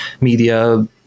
media